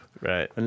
right